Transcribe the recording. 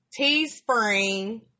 teespring